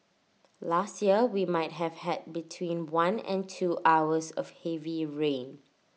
last year we might have had between one and two hours of heavy rain